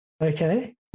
Okay